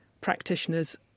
practitioners